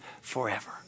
forever